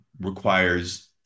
requires